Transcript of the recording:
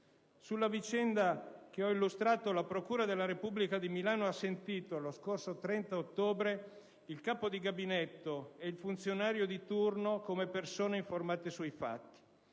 Sulla vicenda che ho illustrato, la procura della Repubblica di Milano ha sentito, lo scorso 30 ottobre, il capo di gabinetto e il funzionario di turno come persone informate sui fatti;